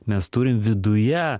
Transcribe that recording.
mes turim viduje